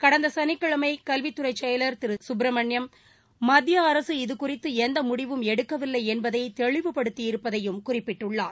கடந்த சனிக்கிழமை கல்விதுறை செயலளர் திரு சுப்ரமணியம் மத்திய அரசு இது குறித்து எந்த முடிவம் எடுக்கவில்லை என்பதை தெளிவுப்படுத்தி இருப்பதையும் கூறினார்